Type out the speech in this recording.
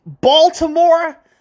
Baltimore